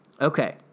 Okay